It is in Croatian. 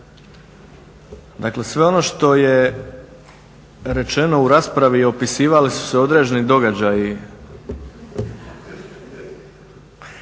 Dakle, sve ono što je rečeno u raspravi i opisivali su se određeni događaji